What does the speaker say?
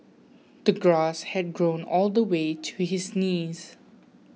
the grass had grown all the way to his knees